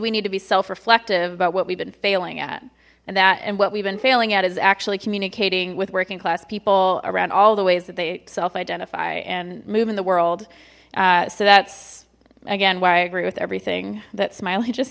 we need to be self reflective about what we've been failing at and that and what we've been failing at is actually communicating with working class people around all the ways that they self identify and move in the world so that's again why i agree with everything that smiley just